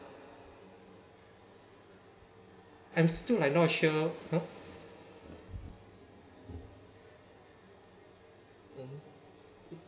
I'm still like not sure